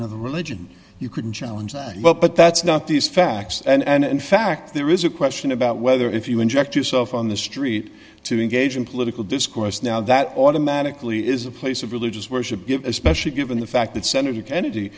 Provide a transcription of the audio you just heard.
of the religion you couldn't challenge but that's not these facts and in fact there is a question about whether if you inject yourself on the street to engage in political discourse now that automatically is a place of religious worship especially given the fact that senator kennedy